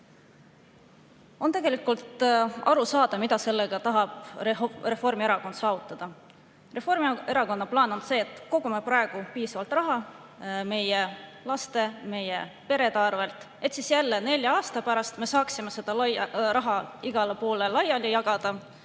On tegelikult aru saada, mida Reformierakond tahab sellega saavutada. Reformierakonna plaan on see, et kogume praegu piisavalt raha meie laste, meie perede arvel, et siis jälle nelja aasta pärast me saaksime seda raha igale poole laiali jagada,